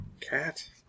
Cat